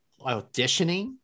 auditioning